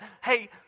hey